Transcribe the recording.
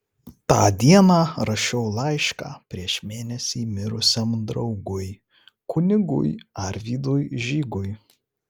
tą dieną rašiau laišką prieš mėnesį mirusiam draugui kunigui arvydui žygui